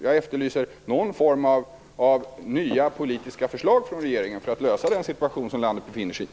Jag efterlyser någon form av nya politiska förslag från regeringen för att reda upp den situation som landet befinner sig i.